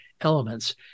elements